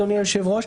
אדוני היושב-ראש,